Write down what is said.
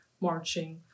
marching